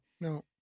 no